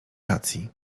racji